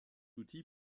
outil